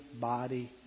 body